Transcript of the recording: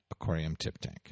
aquariumtiptank